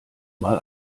mal